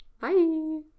Bye